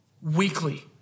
weekly